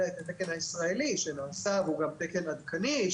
אלא את התקן הישראלי שנעשה והוא גם תקן עדכני.